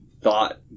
thought